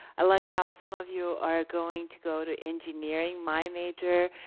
i like how some of you are going to go to engineering, my major,